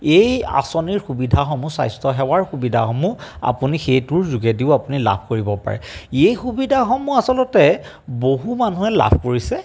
এই আঁচনিৰ সুবিধাসমূহ স্বাস্থ্যসেৱাৰ সুবিধাসমূহ আপুনি সেইটোৰ যোগেদিও আপুনি লাভ কৰিব পাৰে এই সুবিধাসমূহ আচলতে বহু মানুহে লাভ কৰিছে